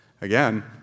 Again